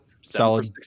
solid